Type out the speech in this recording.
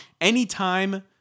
Anytime